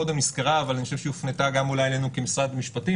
קודם נסקרה אבל אני חושב שהיא הופנתה גם אולי אלינו כמשרד משפטים